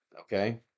Okay